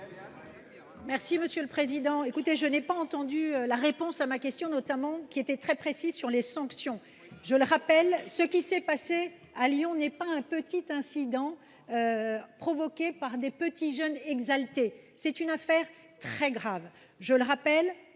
Merci Monsieur le Président. Écoutez, je n'ai pas entendu la réponse à ma question, notamment qui était très précise sur les sanctions. Je le rappelle, ce qui s'est passé à Lyon n'est pas un petit incident provoqué par des petits jeunes exaltés. C'est une affaire très grave. Je le rappelle